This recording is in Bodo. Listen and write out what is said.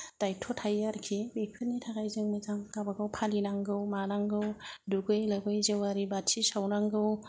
दायित्थ' थायो आरोखि बेफोरनि थाखाय जों मोजां गावबागाव फालिनांगौ मानांगौ दुगैयै लोबै जेवारि बाथि सावनांगौ